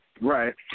Right